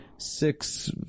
Six